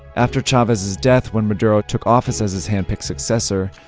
after chavez's death, when maduro took office as his handpicked successor,